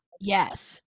yes